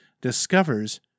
discovers